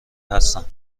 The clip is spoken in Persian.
هستم